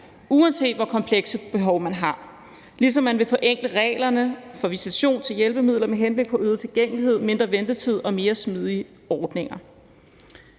uanset hvor komplekse behov man har, ligesom man vil forenkle reglerne for visitation til hjælpemidler med henblik på øget tilgængelighed, mindre ventetid og mere smidige ordninger.